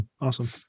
Awesome